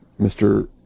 mr